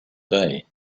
day